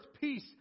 peace